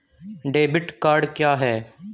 Debit card क्या है?